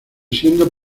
siendo